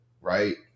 right